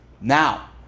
now